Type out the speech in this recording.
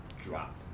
drop